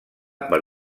per